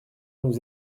nous